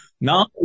Now